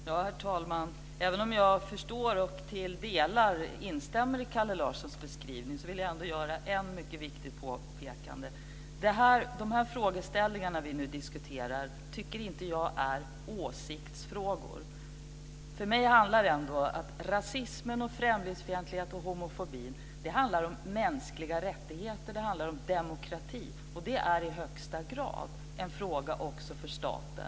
Herr talman! Även om jag förstår och till delar instämmer i Kalle Larssons beskrivning vill jag ändå gör ett mycket viktigt påpekande. Jag tycker inte att de frågeställningar som vi nu diskuterar är åsiktsfrågor. För mig är rasism, främlingsfientlighet och homofobi en fråga om mänskliga rättigheter och demokrati. Det är i högsta grad en fråga också för staten.